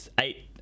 eight